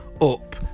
up